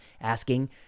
asking